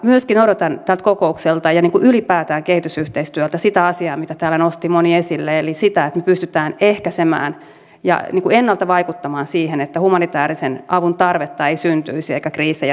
myöskin odotan tältä kokoukselta ja ylipäätään kehitysyhteistyöltä sitä asiaa mitä täällä moni nosti esille eli sitä että me pystymme ehkäisemään ja ennalta vaikuttamaan siihen että humanitäärisen avun tarvetta ei syntyisi eikä kriisejä syntyisi